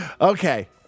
Okay